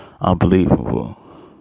unbelievable